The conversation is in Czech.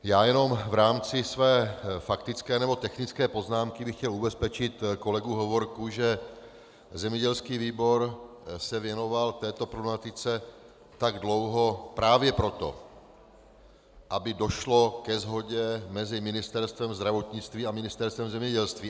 Já jenom v rámci své faktické nebo technické poznámky bych chtěl ubezpečit kolegu Hovorku, že zemědělský výbor se věnoval této problematice tak dlouho právě proto, aby došlo ke shodě mezi Ministerstvem zdravotnictví a Ministerstvem zemědělství.